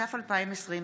התש"ף 2020,